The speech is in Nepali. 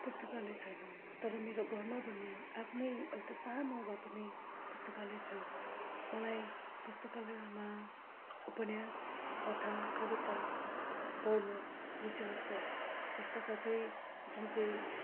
पुस्तकालय छैन तर मेरो घरमा भने आफ्नै एउटा सानो भए पनि पुस्तकालय छ मलाई पुस्तकालयहरूमा उपन्यास कथा कविता पढ्नु रुचि लाग्छ यस्का साथै जुन चाहिँ